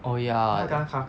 oh ya